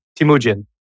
Timujin